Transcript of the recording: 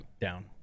Down